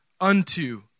unto